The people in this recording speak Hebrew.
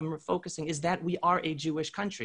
וישראל על ידי ארגונים,